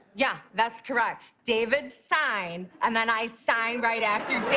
yeah, that's correct. david signed, and then i signed right after